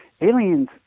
aliens